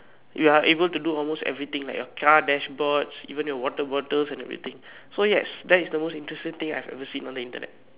you are able to do almost everything like your car dashboards even your water bottles and everything so yes that is the most interesting thing I have ever seen on the Internet